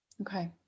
Okay